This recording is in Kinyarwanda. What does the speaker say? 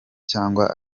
cyangwa